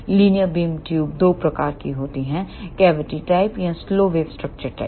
linear beam tubes दो प्रकार की होती हैं कैविटी टाइप और स्लो वेव स्ट्रक्चर टाइप